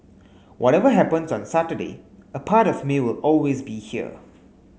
whatever happens on Saturday a part of me will always be here